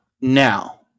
now